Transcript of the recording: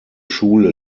schule